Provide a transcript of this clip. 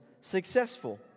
successful